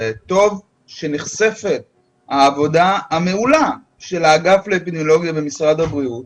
וטוב שנחשפת העבודה המעולה של האגף לאפידמיולוגיה במשרד הבריאות.